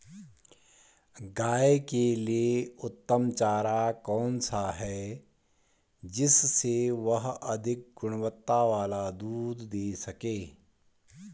गाय के लिए उत्तम चारा कौन सा है जिससे वह अधिक गुणवत्ता वाला दूध दें सके?